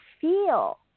feel